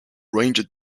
ranger